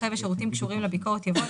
אחרי "ושירותים קשורים לביקורת" יבוא ",